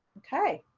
okay.